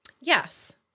Yes